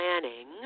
planning